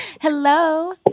Hello